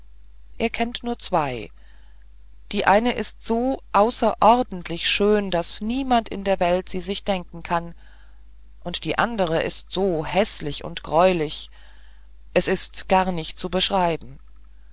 er kennt nur zwei die eine ist so außerordentlich schön daß niemand in der welt sie sich denken kann und die andere ist so häßlich und greulich es ist gar nicht zu beschreiben